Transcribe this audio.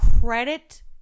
credit